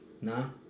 No